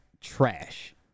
trash